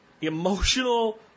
emotional